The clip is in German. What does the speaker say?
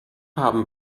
haben